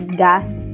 gas